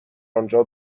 آنجا